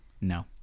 No